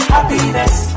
Happiness